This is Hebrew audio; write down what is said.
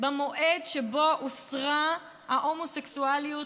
במועד שבו הוסרה ההומוסקסואליות